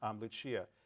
Lucia